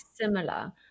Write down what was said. similar